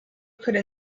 could